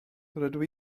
rydw